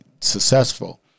successful